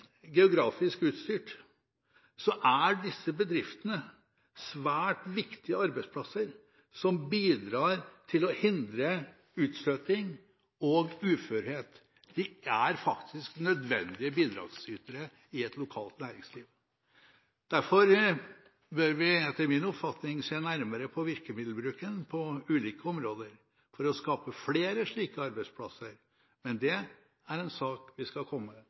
geografisk utstyrt, er disse bedriftene svært viktige arbeidsplasser som bidrar til å hindre utstøting og uførhet. De er faktisk nødvendige bidragsytere i et lokalt næringsliv. Derfor bør vi etter min oppfatning se nærmere på virkemiddelbruken på ulike områder for å skape flere slike arbeidsplasser. Men det er en sak vi skal komme